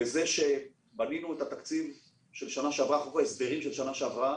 כאשר בנינו את התקציב של השנה שעברה ואת חוק ההסדרים של השנה שעברה,